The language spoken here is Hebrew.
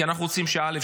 כי אנחנו רוצים, א.